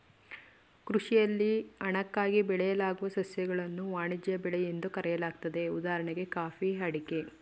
ಕೃಷಿಯಲ್ಲಿ ಹಣಕ್ಕಾಗಿ ಬೆಳೆಯಲಾಗುವ ಸಸ್ಯಗಳನ್ನು ವಾಣಿಜ್ಯ ಬೆಳೆ ಎಂದು ಕರೆಯಲಾಗ್ತದೆ ಉದಾಹಣೆ ಕಾಫಿ ಅಡಿಕೆ